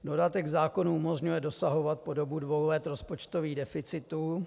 Dodatek k zákonu umožňuje dosahovat po dobu dvou let rozpočtových deficitů.